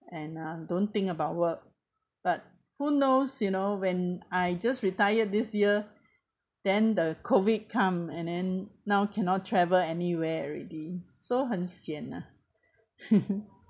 and uh don't think about work but who knows you know when I just retired this year then the COVID come and then now cannot travel anywhere already so hen sien ah